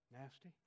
nasty